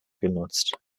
genutzt